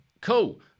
cool